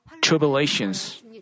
tribulations